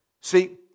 See